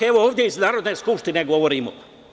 Evo, ovde iz Narodne skupštine govorimo.